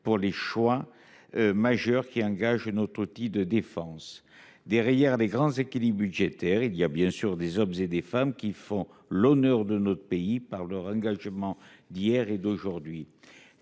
pour les choix. Majeurs qui engagent notre outil de défense derrière les grands équilibres budgétaires, il y a bien sûr des hommes et des femmes qui font l'honneur de notre pays par leur engagement d'hier et d'aujourd'hui.